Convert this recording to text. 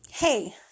Hey